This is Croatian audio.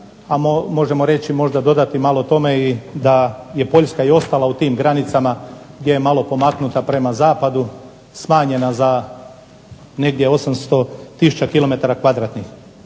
a možemo malo dodati tome da je Poljska i ostala u tim granicama gdje je malo pomaknuta prema zapadu, smanjena negdje za 800